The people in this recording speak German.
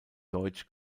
deutsch